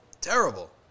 terrible